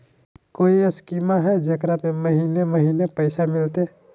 कोइ स्कीमा हय, जेकरा में महीने महीने पैसा मिलते?